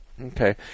Okay